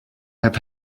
have